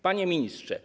Panie Ministrze!